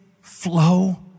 flow